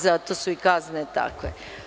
Zato su i kazne takve.